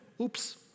oops